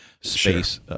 space